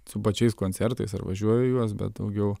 su pačiais koncertais ar važiuoju į juos bet daugiau